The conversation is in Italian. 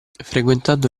frequentando